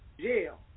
jail